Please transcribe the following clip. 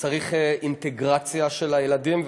צריך אינטגרציה של הילדים,